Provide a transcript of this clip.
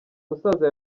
musaza